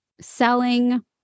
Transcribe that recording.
Selling